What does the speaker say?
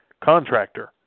contractor